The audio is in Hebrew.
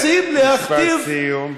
רוצים להכתיב, משפט סיום.